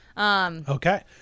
Okay